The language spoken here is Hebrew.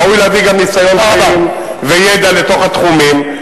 ראוי גם להביא ניסיון חיים וידע לתוך התחומים,